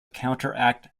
counteract